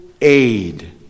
aid